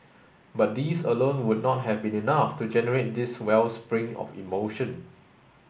but these alone would not have been enough to generate this wellspring of emotion